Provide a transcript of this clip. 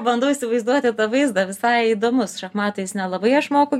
bandau įsivaizduoti tą vaizdą visai įdomus šachmatais nelabai aš moku